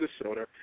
Minnesota